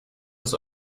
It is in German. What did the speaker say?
des